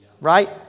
right